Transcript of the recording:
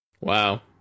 Wow